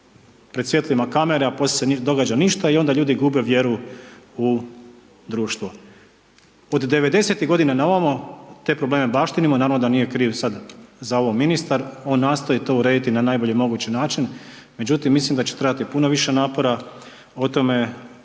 pred svjetlima kamera, a poslije se događa ništa i onda ljudi gube vjeru u društvo. Od '90.-tih godina na ovamo te probleme baštinimo i normalno da nije kriv sad za ovo ministar, on nastoji to urediti na najbolji mogući način, međutim mislim da će trebati puno više napora o tome